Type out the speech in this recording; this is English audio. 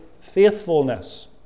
faithfulness